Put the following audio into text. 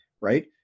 right